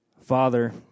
Father